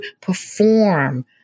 perform